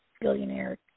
Billionaire